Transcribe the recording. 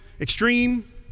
extreme